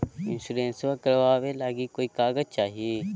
इंसोरेंसबा करबा बे ली कोई कागजों चाही?